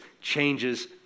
changes